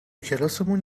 کلاسمون